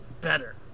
better